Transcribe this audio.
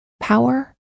power